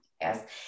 Yes